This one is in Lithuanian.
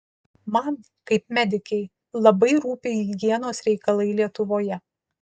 man kaip medikei labai rūpi higienos reikalai lietuvoje